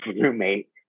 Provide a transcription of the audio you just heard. roommate